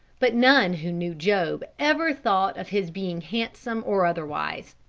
but none who knew job ever thought of his being handsome or otherwise.